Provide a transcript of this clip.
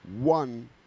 one